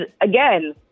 again